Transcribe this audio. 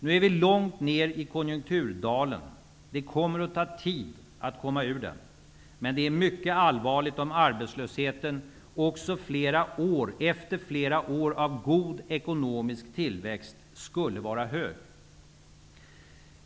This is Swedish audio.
Nu är vi långt ner i konjunkturdalen. Det kommer att ta tid att komma ur den. Men det är mycket allvarligt om arbetslösheten också efter flera år av god ekonomisk tillväxt skulle vara hög.